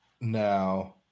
Now